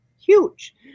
huge